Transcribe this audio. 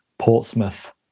Portsmouth